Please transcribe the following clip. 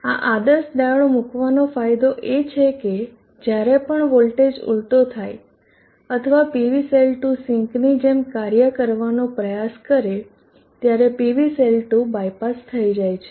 આ આદર્શ ડાયોડ મૂકવાનો ફાયદો એ છે કે જ્યારે પણ વોલ્ટેજ ઉલટો થાય અથવા PV સેલ 2 સિંકની જેમ કાર્ય કરવાનો પ્રયાસ કરે ત્યારે PV સેલ 2 બાયપાસ થઇ જાય છે